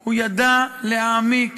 הוא ידע להעמיק